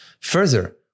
further